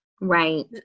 right